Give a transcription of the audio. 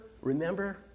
remember